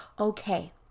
okay